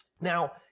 Now